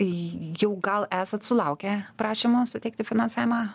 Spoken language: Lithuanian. jau gal esat sulaukę prašymo suteikti finansavimą